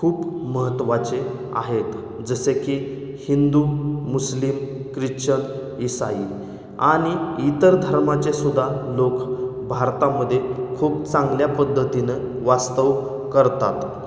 खूप महत्त्वाचे आहेत जसे की हिंदू मुस्लिम क्रिचन इसाई आणि इतर धर्माचे सुद्धा लोक भारतामध्ये खूप चांगल्या पद्धतीनं वास्तव करतात